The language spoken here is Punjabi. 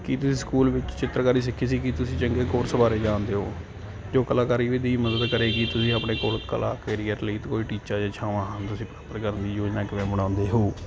ਕੀ ਤੁਸੀਂ ਸਕੂਲ ਵਿੱਚ ਚਿੱਤਰਕਾਰੀ ਸਿੱਖੀ ਸੀ ਕੀ ਤੁਸੀਂ ਚੰਗੇ ਕੋਰਸ ਬਾਰੇ ਜਾਣਦੇ ਹੋ ਜੋ ਕਲਾਕਾਰੀ ਵ ਦੀ ਮਦਦ ਕਰੇਗੀ ਕੀ ਤੁਸੀਂ ਆਪਣੇ ਕੋਲ ਕਲਾ ਕੇਰੀਅਰ ਲਈ ਕੋਈ ਟੀਚਾ ਜਾਂ ਇੱਛਾਵਾਂ ਹਨ ਤੁਸੀਂ ਪ੍ਰੋਪਰ ਕਰਨ ਦੀ ਯੋਜਨਾ ਕਿਵੇਂ ਬਣਾਉਂਦੇ ਹੋ